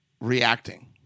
reacting